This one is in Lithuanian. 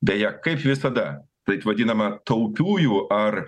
beje kaip visada taip vadinama taupiųjų ar